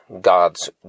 God's